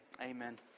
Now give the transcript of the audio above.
amen